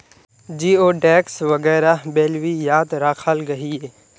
जिओडेक्स वगैरह बेल्वियात राखाल गहिये